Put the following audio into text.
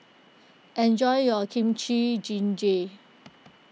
enjoy your Kimchi Jjigae